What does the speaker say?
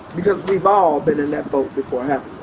because we've all been in that boat before, haven't